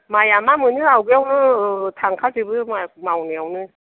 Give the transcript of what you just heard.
माइया मा मोनो आवगायावनो थांखाजोबो मावनायावनो